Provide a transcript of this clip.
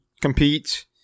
compete